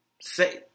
say